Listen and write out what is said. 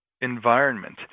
environment